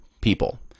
people